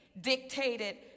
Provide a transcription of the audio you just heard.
dictated